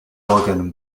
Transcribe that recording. organ